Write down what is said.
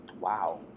Wow